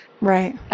Right